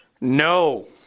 No